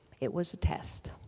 it was a test.